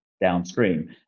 downstream